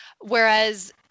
Whereas